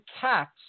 cats